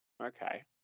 Okay